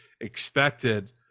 expected